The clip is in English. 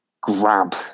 grab